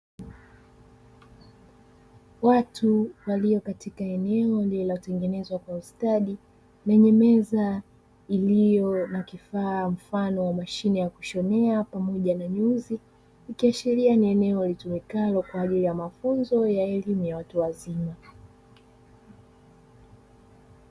Watu walio katika eneo lililotengenezwa kwa ustadi; lenye meza ulio na kifaa mfano wa mashine ya kushonea pamoja na nyuzi, ikiashiria ni eneo litumikalo kwa ajili ya mafunzo ya elimu ya watu wazima.